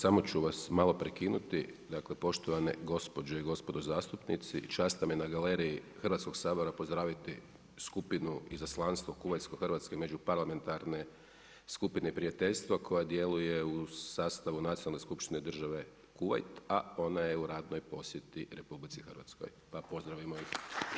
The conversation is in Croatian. Samo ću vas malo prekinuti, dakle poštovane gospođe i gospodo zastupnici, čast nam je na galeriji Hrvatskog sabora pozdraviti skupinu izaslanstvo kuvajtsko-hrvatske međuparlamentarne skupine prijateljstava koja djeluje u sastavu nacionalne skupštine države Kuvajt a ona je u radnoj posjeti RH, pa pozdravimo ih.